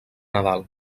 nadal